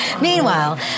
Meanwhile